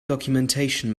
documentation